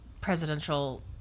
presidential